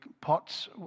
pots